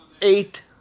eight